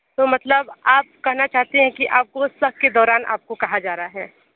तो मतलब आप कहना चाहती हैं कि आपको उस शक के दौरान आपको कहा जा रहा है